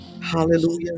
Hallelujah